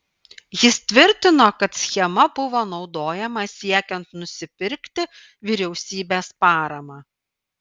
jis tvirtino kad schema buvo naudojama siekiant nusipirkti vyriausybės paramą